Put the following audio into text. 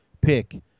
pick